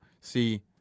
See